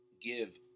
give